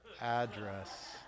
Address